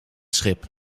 schip